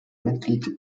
mitglied